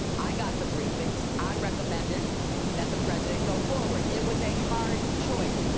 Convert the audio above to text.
i got the briefings. i recommended that the president go forward. it was a hard choice.